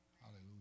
Hallelujah